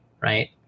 right